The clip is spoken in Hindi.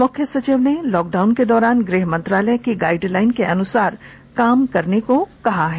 मुख्य सचिव ने लॉकडाउन के दौरान गृह मंत्रालय की गाइड लाइन के अनुसार काम करने को कहा है